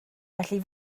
felly